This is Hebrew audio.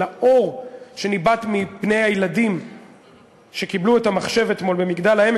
לאור שניבט מפני הילדים שקיבלו את המחשב אתמול במגדל-העמק,